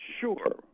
sure